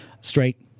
Straight